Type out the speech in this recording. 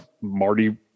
marty